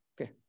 Okay